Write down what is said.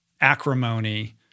acrimony